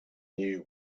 knew